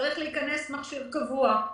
צריך להיכנס מכשיר קבוע.